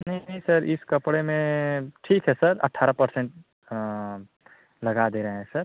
नहीं नहीं सर इस कपड़े में ठीक है सर अठारह परसेंट हाँ लगा दे रहे हैं सर